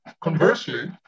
Conversely